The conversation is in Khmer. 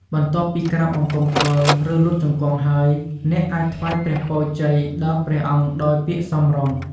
បន្ទាប់ពីក្រាបបង្គំគាល់ ឬលុតជង្គង់ហើយ អ្នកអាចថ្វាយព្រះពរជ័យដល់ព្រះអង្គដោយពាក្យសមរម្យ។